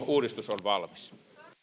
uudistus on valmis